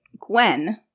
Gwen